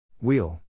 Wheel